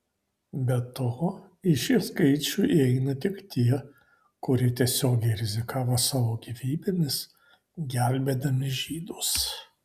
be to į šį skaičių įeina tik tie kurie tiesiogiai rizikavo savo gyvybėmis gelbėdami žydus